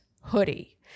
hoodie